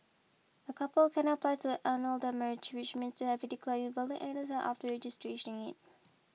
a couple can apply to annul their marriage which means to have it declared invalid any time after registering it